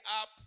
up